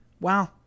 wow